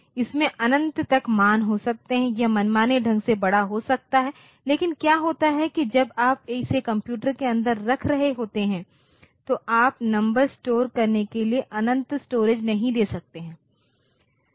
इसमें अनंत तक मान हो सकते हैं यह मनमाने ढंग से बड़ा हो सकता है लेकिन क्या होता है कि जब आप इसे कंप्यूटर के अंदर रख रहे होते हैं तो आप नंबर स्टोर करने के लिए अनंत स्टोरेज नहीं दे सकते